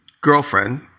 girlfriend